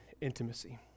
intimacy